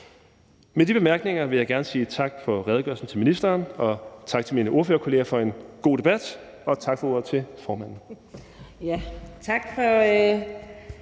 Med de bemærkninger vil jeg gerne sige tak til ministeren for redegørelsen og tak til mine ordførerkolleger for en god debat og tak for ordet til formanden.